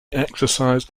exercised